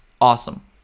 awesome